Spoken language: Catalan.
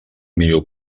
millor